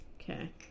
Okay